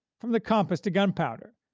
from the compass to gunpowder,